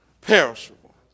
perishable